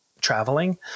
traveling